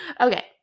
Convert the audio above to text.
Okay